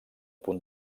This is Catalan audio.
punt